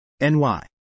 NY